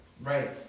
Right